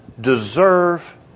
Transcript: deserve